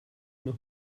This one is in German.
noch